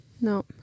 No